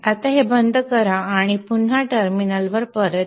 आता हे बंद करा आणि पुन्हा टर्मिनलवर परत या